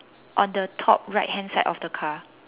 on the top right hand side of the car